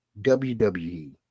WWE